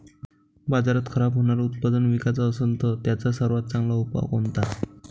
बाजारात खराब होनारं उत्पादन विकाच असन तर त्याचा सर्वात चांगला उपाव कोनता?